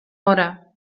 hora